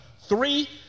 Three